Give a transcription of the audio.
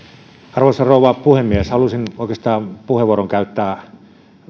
arvoisa rouva puhemies halusin puheenvuoron käyttää